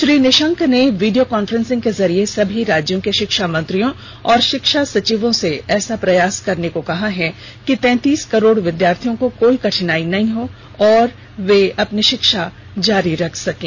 श्री निशंक ने video conferencing के जरिये सभी राज्यों के शिक्षा मंत्रियों और शिक्षा सचिवों से ऐसा प्रयास करने को कहा कि तैंतीस करोड़ विद्यार्थियों को कोई कठिनाई न हो और वे अपनी शिक्षा जारी रख सकें